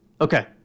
Okay